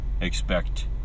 expect